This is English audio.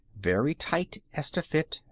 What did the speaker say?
very tight as to fit,